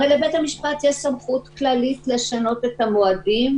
הרי לבית המשפט יש סמכות כללית לשנות את המועדים,